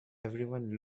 everyone